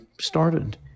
started